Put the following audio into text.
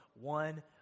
one